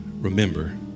remember